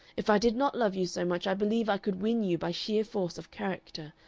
if i did not love you so much i believe i could win you by sheer force of character,